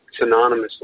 synonymously